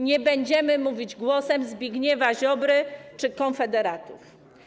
Nie będziemy mówić głosem Zbigniewa Ziobry czy konfederatów.